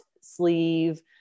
sleeve